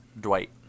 Dwight